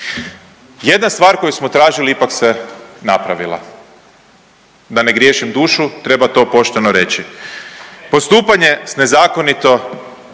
Jedna stvar koju smo tražili ipak se napravila. Da ne griješim dušu treba to pošteno reći. Postupanje s nezakonito